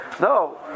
no